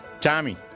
Tommy